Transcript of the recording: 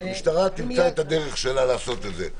המשטרה תמצא את הדרך שלה לעשות את זה.